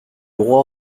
roi